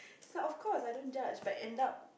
it's like of course I don't judge but end up